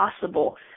possible